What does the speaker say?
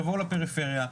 "תבואו לפריפריה".